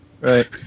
right